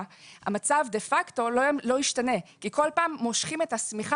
המצב דה פקטו לא ישתנה כי כל פעם מושכים את השמיכה